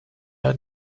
are